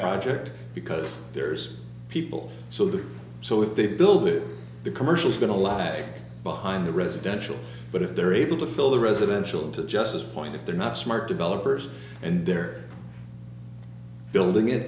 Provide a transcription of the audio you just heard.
project because there's people so that so if they build it the commercials going to lag behind the residential but if they're able to fill the residential to just this point if they're not smart developers and they're building it